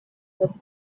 was